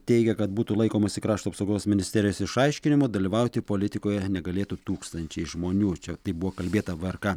teigia kad būtų laikomasi krašto apsaugos ministerijos išaiškinimo dalyvauti politikoje negalėtų tūkstančiai žmonių čia taip buvo kalbėta vrk